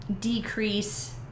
decrease